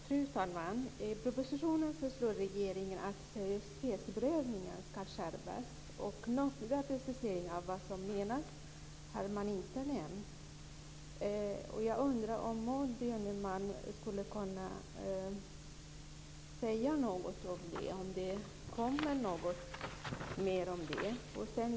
Fru talman! I propositionen föreslår regeringen att seriositetsprövningen ska skärpas. Några preciseringar av vad som menas har man inte gjort. Jag undrar om Maud Björnemalm skulle kunna tala om ifall det kommer något mer om detta.